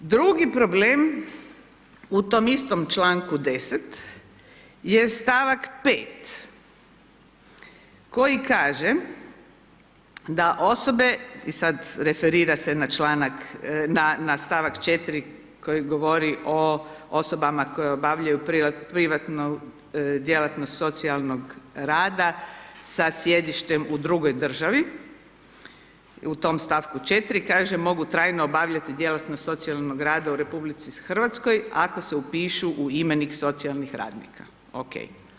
Drugi problem u tom istom čl. 10. je st. 5. koji kaže da osobe i sad referira se na st. 4. koji govori o osobama koje obavljaju privatnu djelatnost socijalnog rada sa sjedištem u drugoj državi, u tom st. 4. kaže, mogu trajno obavljati djelatnost socijalnog rada u RH ako se upišu u imenik socijalnih radnika, okej.